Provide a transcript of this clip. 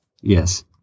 Yes